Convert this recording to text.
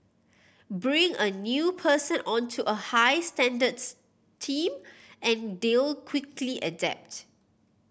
bring a new person onto a high standards team and they'll quickly adapt